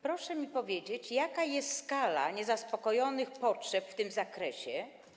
Proszę mi powiedzieć, jaka jest skala niezaspokojonych potrzeb w tym zakresie.